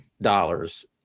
dollars